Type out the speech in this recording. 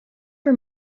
for